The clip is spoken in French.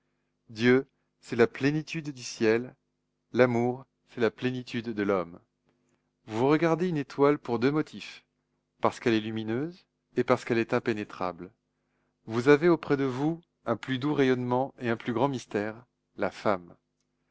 dieu c'est la plénitude du ciel l'amour c'est la plénitude de l'homme vous regardez une étoile pour deux motifs parce qu'elle est lumineuse et parce qu'elle est impénétrable vous avez auprès de vous un plus doux rayonnement et un plus grand mystère la femme